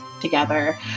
together